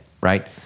right